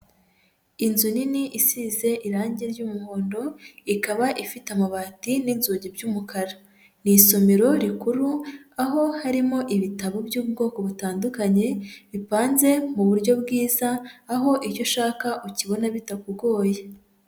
Inzu nini isize irangi ry'umuhondo, ikaba ifite amabati n'inzugi by'umukara. Ni isomero rikuru aho harimo ibitabo by'ubwoko butandukanye bipanze mu buryo bwiza, aho icyo ushaka ukibona bitakugoye.